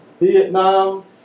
Vietnam